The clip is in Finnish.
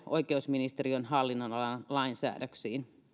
oikeusministeriön hallinnonalan lainsäädäntöön